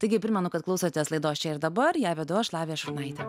taigi primenu kad klausotės laidos čia ir dabar ją vedu aš lavija šurnaitė